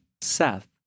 Seth